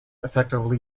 effectively